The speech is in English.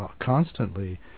constantly